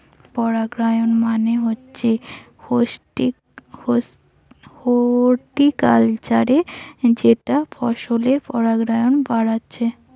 পরাগায়ন মানে হচ্ছে হর্টিকালচারে যেটা ফসলের পরাগায়ন বাড়াচ্ছে